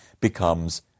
becomes